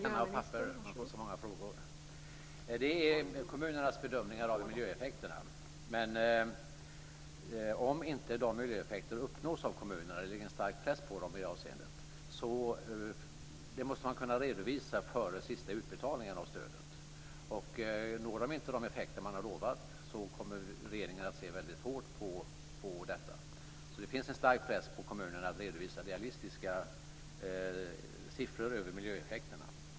Fru talman! Det är kommunernas bedömningar av miljöeffekterna, och de måste kunna redovisas före sista utbetalningen av stödet. Det ligger en stark press på kommunerna i det avseendet. Når man inte de effekter man har lovat kommer regeringen att se väldigt hårt på detta. Det finns alltså en stark press på kommunerna att redovisa realistiska siffror över miljöeffekterna.